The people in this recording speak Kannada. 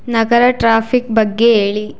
ನಗರ ಟ್ರಾಫಿಕ್ ಬಗ್ಗೆ ಹೇಳಿ